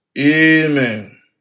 Amen